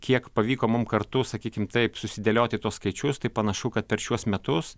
kiek pavyko mum kartu sakykim taip susidėlioti tuos skaičius tai panašu kad per šiuos metus